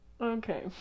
Okay